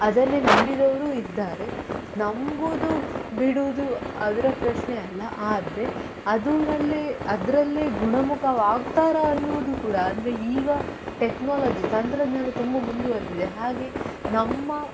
ಅದನ್ನೇ ನಂಬಿರೋರು ಇದ್ದಾರೆ ನಂಬೋದು ಬಿಡೋದು ಅದರ ಪ್ರಶ್ನೆ ಅಲ್ಲ ಆದರೆ ಅದರಲ್ಲೇ ಅದರಲ್ಲೇ ಗುಣಮುಖವಾಗ್ತಾರಾ ಅನ್ನೋದು ಕೂಡ ಅಂದರೆ ಈಗ ಟೆಕ್ನಾಲಜಿ ತಂತ್ರಜ್ಞಾನ ತುಂಬ ಮುಂದುವರೆದಿದೆ ಹಾಗೆ ನಮ್ಮ